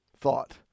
thought